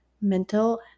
Mental